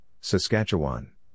Saskatchewan